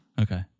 Okay